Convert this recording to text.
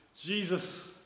Jesus